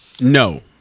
No